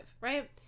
right